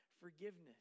forgiveness